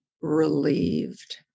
relieved